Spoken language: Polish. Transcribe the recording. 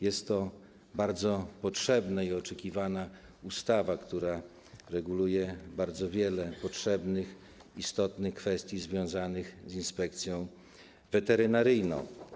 Jest to bardzo potrzebna i oczekiwana ustawa, która reguluje bardzo wiele potrzebnych, istotnych kwestii związanych z Inspekcją Weterynaryjną.